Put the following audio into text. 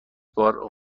بار